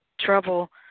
trouble